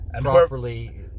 properly